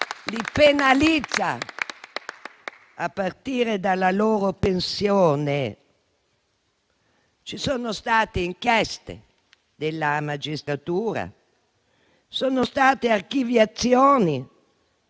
anzi penalizza, a partire dalla loro pensione. Ci sono state inchieste della magistratura e ci sono state archiviazioni